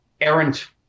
errant